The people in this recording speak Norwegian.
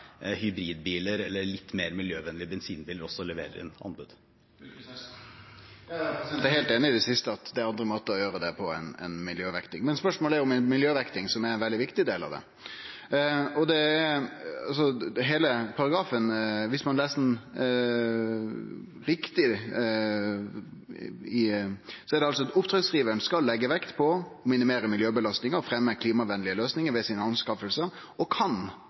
siste, at det er andre måtar å gjere det på enn miljøvekting. Men spørsmålet handla om miljøvekting, som er ein veldig viktig del av det. Viss ein les starten av paragrafen, står det: «Oppdragsgiveren skal legge vekt på å minimere miljøbelastningen og fremme klimavennlige løsninger ved sine anskaffelser og kan